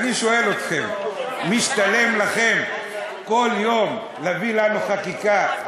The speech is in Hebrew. אני שואל אתכם: משתלם לכם כל יום להביא לנו חקיקה?